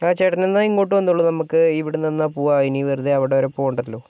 ആ ചേട്ടൻ എന്നാൽ ഇങ്ങോട്ട് വന്നോളൂ നമുക്ക് ഇവിടുന്ന് എന്നാൽ പോകാം ഇനി വെറുതേ അവിടെ വരെ പോകണ്ടല്ലോ